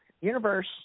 universe